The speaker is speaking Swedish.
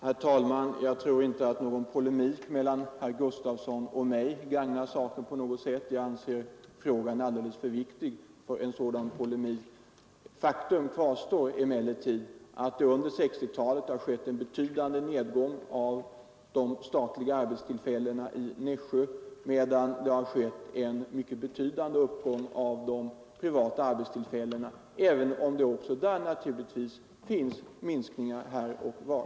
Herr talman! Jag tror inte att någon polemik mellan herr Gustavsson i Nässjö och mig gagnar saken — frågan är alldeles för viktig för en sådan polemik. Faktum kvarstår emellertid att det under 1960-talet har skett en betydande nedgång i fråga om de statliga arbetstillfällena i Nässjö, medan uppgången av de privata arbetstillfällena varit betydande — även om naturligtvis också de senare punktvis har minskat.